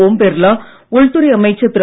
ஓம் பிர்லா உள்துறை அமைச்சர் திரு